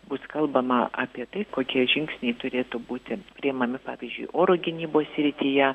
bus kalbama apie kokie žingsniai turėtų būti priimami pavyzdžiui oro gynybos srityje